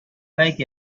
like